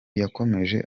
yakomeje